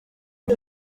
uri